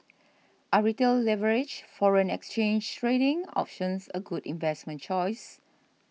are retail leveraged foreign exchange trading options a good investment choice